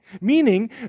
meaning